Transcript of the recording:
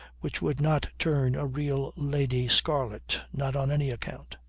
which would not turn a real lady scarlet not on any account.